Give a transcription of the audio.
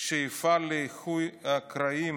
שיפעל לאיחוי הקרעים